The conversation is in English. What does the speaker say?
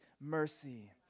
mercy